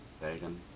Bacon